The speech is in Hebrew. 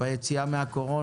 ביציאה מן הקורונה,